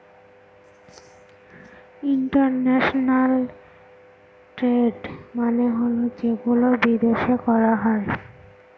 international trade মানে হল যেগুলো বিদেশে করা হয়